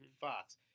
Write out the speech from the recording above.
Fox